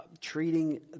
treating